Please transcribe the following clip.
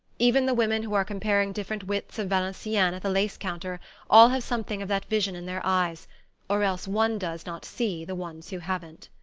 even the women who are comparing different widths of valenciennes at the lace-counter all have something of that vision in their eyes or else one does not see the ones who haven't.